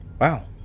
Wow